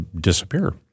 disappear